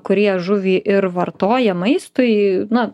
kurie žuvį ir vartoja maistui na